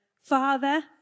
Father